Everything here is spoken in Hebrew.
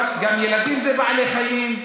גם ילדים זה בעלי חיים,